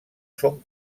són